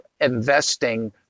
investing